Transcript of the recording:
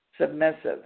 submissive